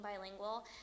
bilingual